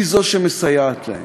היא שמסייעת להם.